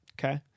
okay